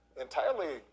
entirely